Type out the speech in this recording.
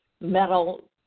metal